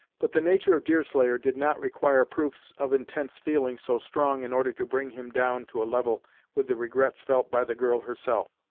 but the nature of deerslayer did not require proofs of intense feelings so strong in order to bring him down to a level with the regrets felt by the girl herself.